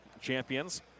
champions